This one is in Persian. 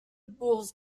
بغض